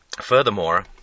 Furthermore